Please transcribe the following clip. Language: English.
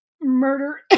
murder